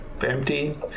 empty